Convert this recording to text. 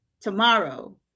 tomorrow